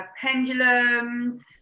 pendulums